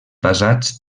basats